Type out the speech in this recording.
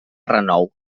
renou